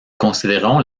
considérons